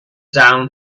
down